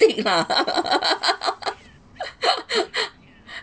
tic~ lah